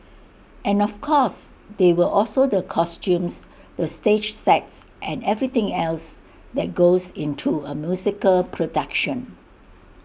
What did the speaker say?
and of course there were also the costumes the stage sets and everything else that goes into A musical production